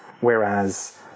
whereas